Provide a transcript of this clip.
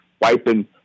wiping